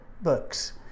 books